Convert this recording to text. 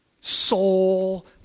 soul